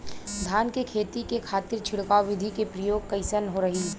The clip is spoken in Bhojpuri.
धान के खेती के खातीर छिड़काव विधी के प्रयोग कइसन रही?